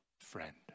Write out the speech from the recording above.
friend